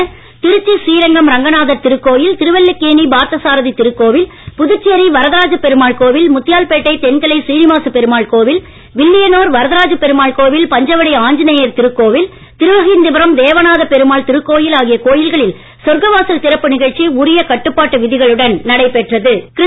திதை ஒட்டி திருச்சிஸ்ரீரங்கம்ரங்கநாதர்திருக்கோவில் திருவல்லிக்கேணிபார்த்தசாரதிதிருக்கோவில் புதுச்சேரிவரதராஜப்பெருமாள்கோவில் முத்தியால்பேட்டைதென்கலைஸ்ரீ நிவாசப்பெருமாள்கோவில் வில்லியனூர்வரதராஜப்பெருமாள்கோவில் பஞ்சவடிஆஞ்சநேயர்திருக்கோவில் திருவஹிந்தபுரம்தேவநாதபெருமாள்திருக்கோவில்ஆகியகோவில்களில் சொர்க்கவாசல்திறப்புநிகழ்ச்சிஉரியகட்டுப்பாட்டுவிதிகளுடன்நடைபெற் றது